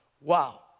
Wow